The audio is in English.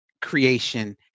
creation